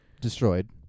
destroyed